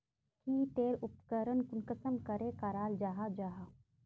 की टेर उपकरण कुंसम करे कराल जाहा जाहा?